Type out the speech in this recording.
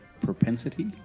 propensity